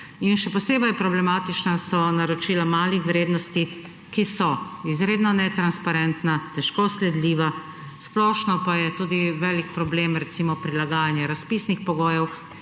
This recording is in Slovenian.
Še posebej so problematična naročila malih vrednosti, ki so izredno netransparentna, težko sledljiva, splošno pa je velik problem tudi prilagajanje razpisnih pogojev,